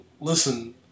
listen